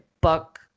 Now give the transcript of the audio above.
Buck